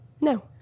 no